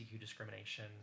discrimination